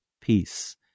peace